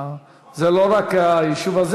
זה לא רק היישוב הזה.